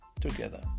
together